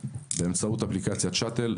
באמצעות אפליקציית שאטל.